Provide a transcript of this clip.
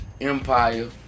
Empire